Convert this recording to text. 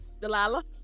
Delilah